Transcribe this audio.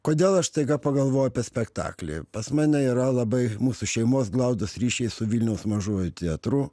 kodėl aš staiga pagalvojau apie spektaklį pas mane yra labai mūsų šeimos glaudūs ryšiai su vilniaus mažuoju teatru